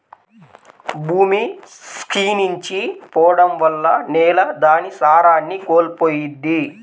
భూమి క్షీణించి పోడం వల్ల నేల దాని సారాన్ని కోల్పోయిద్ది